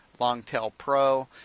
longtailpro